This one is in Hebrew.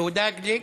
יהודה גליק,